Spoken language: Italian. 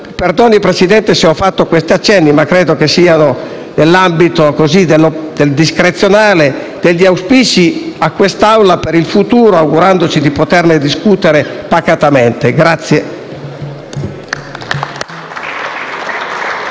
perdoni, Presidente, se ho fatto questi accenni, ma credo che siano nell'ambito del discrezionale, degli auspici a quest'Assemblea per il futuro, augurandoci di poterne discutere pacatamente.